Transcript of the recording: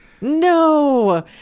No